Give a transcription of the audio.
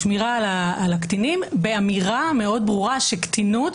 שמירה על הקטינים באמירה מאוד ברור שקְטִינוּת